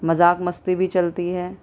مذاق مستی بھی چلتی ہے